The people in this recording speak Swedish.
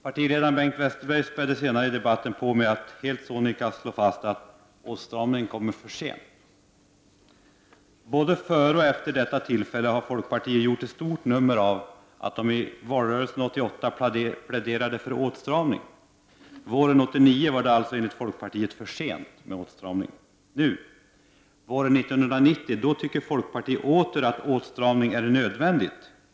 Partiledaren Bengt Westerberg spädde senare i debatten på med att helt sonika slå fast att åtstramningen kommer för sent. Både före och efter detta tillfälle har folkpartiet gjort ett stort nummer av att man i valrörelsen 1988 pläderade för åtstramning. Våren 1989 var det alltså enligt folkpartiet för sent med åtstramning. Nu, våren 1990, tycker folkpartiet åter att en åtstramning är nödvändig.